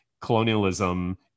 colonialism